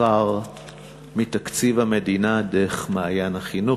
שכר מתקציב המדינה דרך "מעיין החינוך"